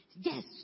yes